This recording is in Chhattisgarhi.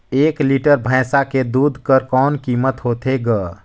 एक लीटर भैंसा के दूध कर कौन कीमत होथे ग?